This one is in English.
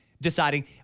Deciding